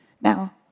Now